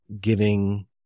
giving